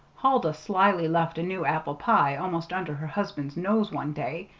huldah slyly left a new apple pie almost under her husband's nose one day,